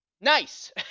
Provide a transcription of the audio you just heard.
Nice